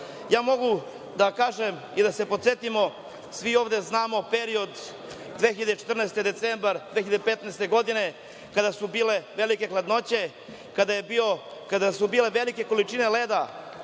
mogu da kažem i da se podsetimo, svi ovde znamo perioda decembra 2015. godine, kada su bile velike hladnoće, kada su bile velike količine leda